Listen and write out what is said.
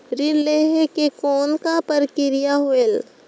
ऋण लहे के कौन का प्रक्रिया होयल?